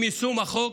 עם יישום החוק,